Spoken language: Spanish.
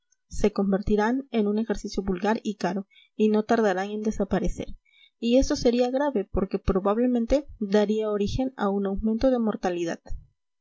se convertirán en un ejercicio vulgar y caro y no tardarán en desaparecer y esto sería grave porque probablemente daría origen a un aumento de mortalidad